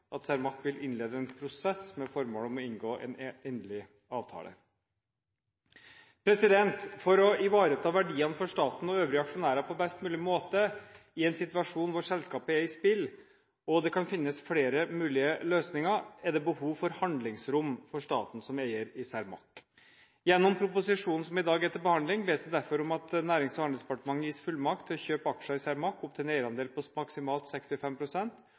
at Cermaq vil innlede en prosess med det formål å inngå en endelig avtale. For å ivareta verdiene for staten og øvrige aksjonærer på best mulig måte i en situasjon hvor selskapet er i spill og det kan finnes flere mulig løsninger, er det behov for handlingsrom for staten som eier i Cermaq. Gjennom proposisjonen som i dag er til behandling, bes det derfor om at Nærings- og handelsdepartementet gis fullmakt til å kjøpe aksjer i Cermaq opp til en eierandel på maksimalt